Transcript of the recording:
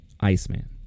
Iceman